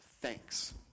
thanks